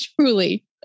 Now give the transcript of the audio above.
Truly